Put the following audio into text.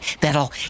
that'll